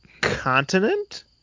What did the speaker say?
continent